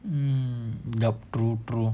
mm yup true true